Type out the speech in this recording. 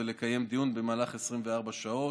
ולקיים דיון במהלך 24 שעות.